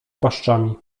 paszczami